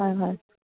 হয় হয়